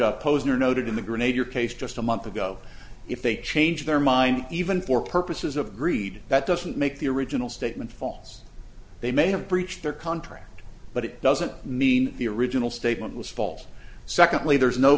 posner noted in the grenadier case just a month ago if they change their mind even for purposes of greed that doesn't make the original statement falls they may have breached their contract but it doesn't mean the original statement was false secondly there is no